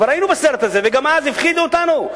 כבר היינו בסרט הזה וגם אז הפחידו אותנו.